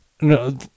No